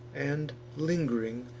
and, ling'ring,